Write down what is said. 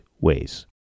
ways